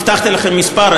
הבטחתי לכם מספר,